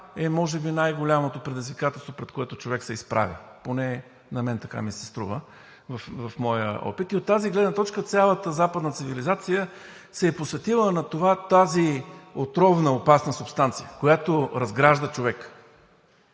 е може би най-голямото предизвикателство, пред което човек се изправя, поне от моя опит на мен така ми се струва. И от тази гледна точка цялата западна цивилизация се е посветила на това тази отровна, опасна субстанция, която разгражда човека,